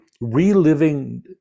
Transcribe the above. reliving